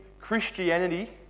Christianity